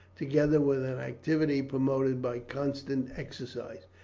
together with an activity promoted by constant exercise.